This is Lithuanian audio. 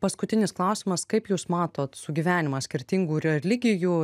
paskutinis klausimas kaip jūs matot sugyvenimą skirtingų religijų